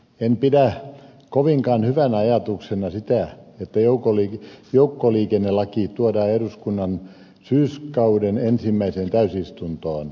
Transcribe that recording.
en pidä kovinkaan hyvänä ajatuksena sitä että joukkoliikennelaki tuodaan eduskunnan syyskauden ensimmäiseen täysistuntoon